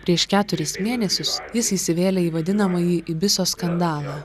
prieš keturis mėnesius jis įsivėlė į vadinamąjį ibiso skandalą